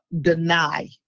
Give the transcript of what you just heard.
deny